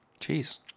Jeez